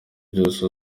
byose